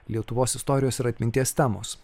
lietuvos istorijos ir atminties temos